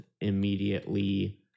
immediately